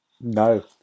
No